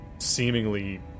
seemingly